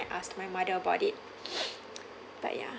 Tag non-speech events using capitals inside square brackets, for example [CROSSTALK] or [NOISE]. asked my mother about it [BREATH] but ya